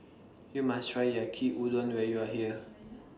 YOU must Try Yaki Udon when YOU Are here